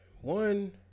one